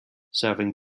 serving